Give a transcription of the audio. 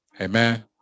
amen